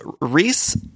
Reese